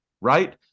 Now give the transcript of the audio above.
right